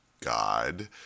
God